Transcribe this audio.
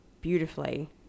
beautifully